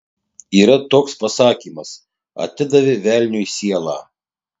yra toks pasakymas atidavė velniui sielą